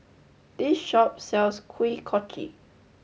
this shop sells Kuih Kochi